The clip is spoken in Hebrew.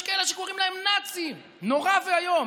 כאלה שקוראים להם "נאצים" נורא ואיום.